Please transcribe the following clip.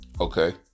okay